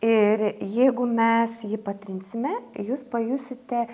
ir jeigu mes jį patrinsime jūs pajusite